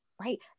right